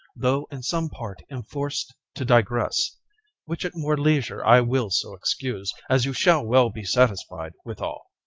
though in some part enforced to digress which at more leisure i will so excuse as you shall well be satisfied withal.